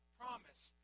promise